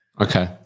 Okay